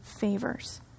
favors